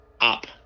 up